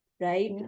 right